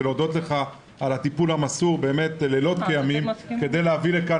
ולהודות לך על הטיפול המסור לילות כימים כדי להביא לכאן